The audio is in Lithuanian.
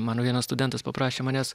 mano vienas studentas paprašė manęs